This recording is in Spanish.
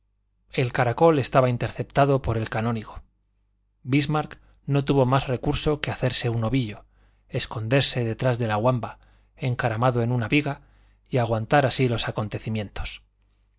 el caracol estaba interceptado por el canónigo bismarck no tuvo más recurso que hacerse un ovillo esconderse detrás de la wamba encaramado en una viga y aguardar así los acontecimientos